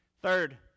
Third